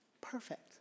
perfect